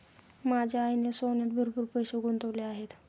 माझ्या आईने सोन्यात भरपूर पैसे गुंतवले आहेत